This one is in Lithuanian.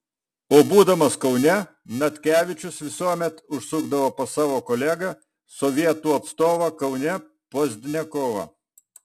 o būdamas kaune natkevičius visuomet užsukdavo pas savo kolegą sovietų atstovą kaune pozdniakovą